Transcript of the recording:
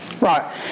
Right